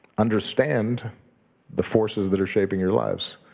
understand the forces that are shaping your lives.